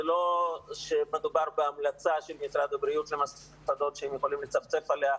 זה לא שמדובר בהמלצה של משרד הבריאות שהם יכולים לצפצף עליה.